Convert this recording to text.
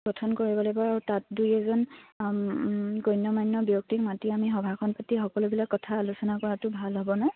গঠন কৰিব লাগিব আৰু তাত দুই এজন গণ্যমান্য ব্যক্তিক মাতি আমি সভাখন পাতি সকলোবিলাক কথা আলোচনা কৰাটো ভাল হ'বনে